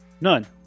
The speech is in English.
None